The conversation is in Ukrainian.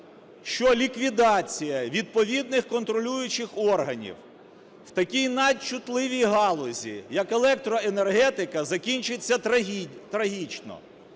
що ліквідація відповідних контролюючих органів в такій надчутливій галузі, як електроенергетики, закінчиться трагічно.